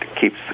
keeps